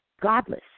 godless